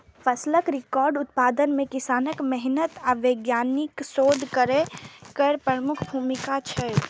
फसलक रिकॉर्ड उत्पादन मे किसानक मेहनति आ वैज्ञानिकक शोध केर प्रमुख भूमिका छै